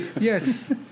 Yes